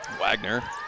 Wagner